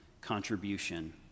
contribution